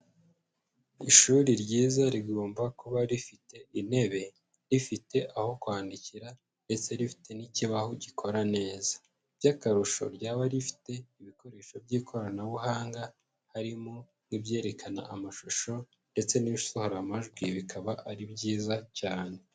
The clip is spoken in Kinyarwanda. Ishuri ryiza rigomba kuba rifite intebe, rifite aho kwandikira, ndetse rifite n'ikibaho gikora neza, by'akarusho ryaba rifite ibikoresho by'ikoranabuhanga, harimo nk'ibyerekana amashusho ndetse n'ibisohora amajwi bikaba ari byiza cyane.